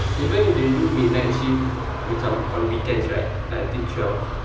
even if they do midnight shift macam on weekends right like I think twelve